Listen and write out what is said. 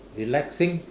relaxing